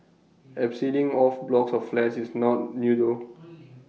abseiling off blocks of flats is not new though